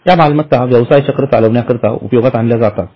या मालमत्ता व्यवसाय चक्र चालविण्या करिता उपयोगात आणल्या जातात